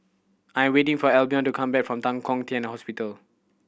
I am waiting for Albion to come back from Tan Kong Tian Temple